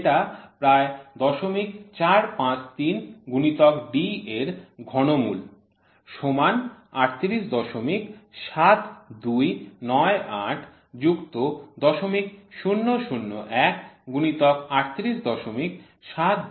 যেটা প্রায় ০৪৫৩ গুণিতক D এর ঘনমূল সমান ৩৮৭২৯৮ যুক্ত ০০০১ গুণিতক ৩৮৭২৯৮